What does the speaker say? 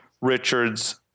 Richard's